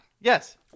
Yes